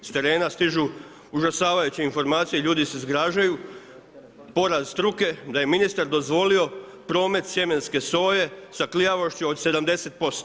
S terena stižu užasavajuće informacije, ljudi se zgražaju, poraz struke, da je ministar dozvolio promet sjemenske soje sa klijavošću od 70%